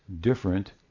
different